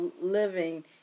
living